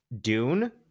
dune